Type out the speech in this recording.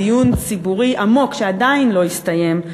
בדיון ציבורי עמוק שעדיין לא הסתיים,